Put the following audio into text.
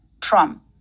Trump